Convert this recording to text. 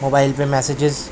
mobile پہ messages